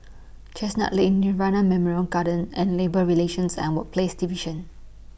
Chestnut Lane Nirvana Memorial Garden and Labour Relations and Workplaces Division